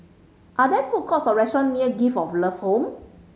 are there food courts or restaurant near Gift of Love Home